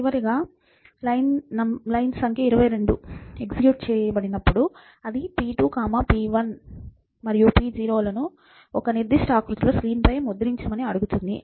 చివరగా లైన్ సంఖ్య 22 ఎగ్జిక్యూట్ చేయబడినప్పుడు అది p2 p1 మరియు p0లను నిర్దిష్ట ఆకృతిలో స్క్రీన్పై ముద్రించమని అడుగుతోంది